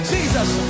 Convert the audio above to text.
Jesus